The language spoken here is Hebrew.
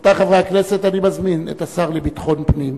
רבותי חברי הכנסת, אני מזמין את השר לביטחון פנים